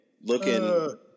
looking